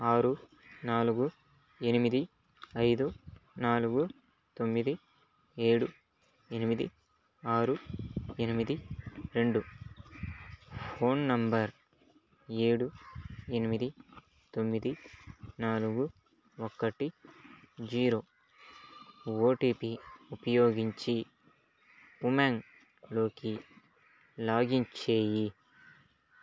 ఆరు నాలుగు ఎనిమిది ఐదు నాలుగు తొమ్మిది ఏడు ఎనిమిది ఆరు ఎనిమిది రెండు ఫోన్ నంబర్ ఏడు ఎనిమిది తొమ్మిది నాలుగు ఒకటి జీరో ఓటీపీ ఉపయోగించి ఉమాంగ్ లోకి లాగిన్ చేయి